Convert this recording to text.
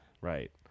Right